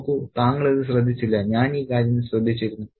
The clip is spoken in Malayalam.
നോക്കൂ താങ്കൾ ഇത് ശ്രദ്ധിച്ചില്ല ഞാൻ ഈ കാര്യം ശ്രദ്ധിച്ചിരുന്നു